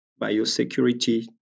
biosecurity